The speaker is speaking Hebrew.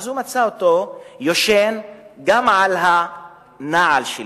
הוא מצא אותו יושן, גם על הנעל שלו,